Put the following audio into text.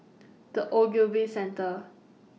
The Ogilvy Centre